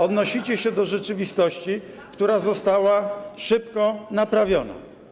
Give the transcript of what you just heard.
Odnosicie się do rzeczywistości, która została szybko naprawiona.